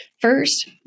First